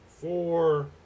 four